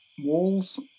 Walls